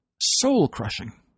Soul-crushing